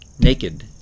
naked